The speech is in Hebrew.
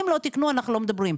אם לא תיקנו אנחנו לא מדברים,